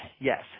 Yes